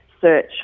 search